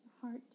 heart